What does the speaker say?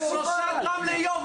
זה שלושה גרם ליום.